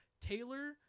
Taylor